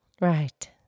Right